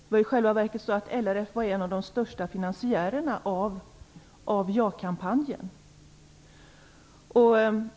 LRF var i själva verket en av de största finansiärerna av ja-kampanjen.